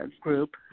group